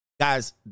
Guys